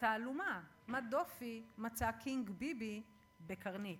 בתעלומה, מה דופי מצא קינג-ביבי בקרנית.